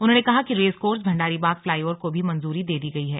उन्होंने कहा कि रेसकोर्स भण्डारीबाग फ्लाईओवर को भी मंजूरी दे दी गई है